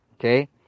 Okay